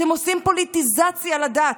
אתם עושים פוליטיזציה לדת.